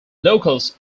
locals